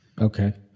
Okay